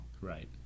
Right